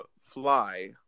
fly